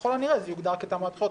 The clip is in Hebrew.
ככל הנראה זה יוגדר כתעמולת בחירות.